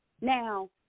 Now